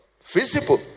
visible